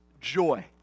joy